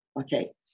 Okay